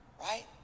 Right